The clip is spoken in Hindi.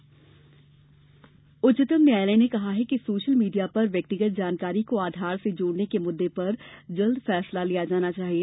उच्चतम न्यायालय उच्चतम न्यायालय ने कहा है कि सोशल मीडिया पर व्यक्तिगत जानकारी को आधार से जोड़ने के मुद्दे पर जल्दी फैसला लिया जाना चाहिए